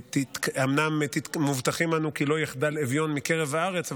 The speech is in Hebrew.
אומנם מובטח לנו: "כי לא יחדל אביון מקרב הארץ",